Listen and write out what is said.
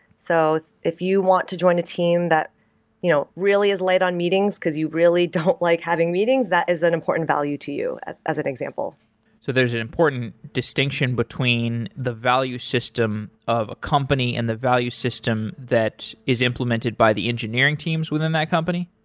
so if you want to join a team that you know really is late on meetings, because you really don't like having meetings, that is an important value to you, as an example so there is an important distinction between the value system of a company and the value system that is implemented by the engineering teams within that company?